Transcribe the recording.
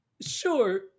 Sure